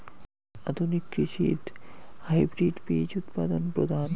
আধুনিক কৃষিত হাইব্রিড বীজ উৎপাদন প্রধান